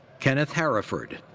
kenneth harriford.